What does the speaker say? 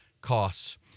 costs